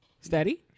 Steady